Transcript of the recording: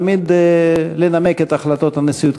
תמיד לנמק את החלטות הנשיאות.